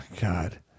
god